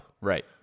Right